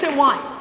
so why.